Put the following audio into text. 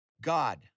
God